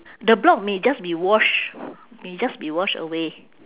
the block may just be wash may just be wash away